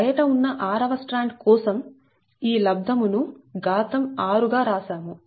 బయట ఉన్న 6 వ స్ట్రాండ్ కోసం ఈ లబ్ధము ను ఘాతం 6 గా రాశాము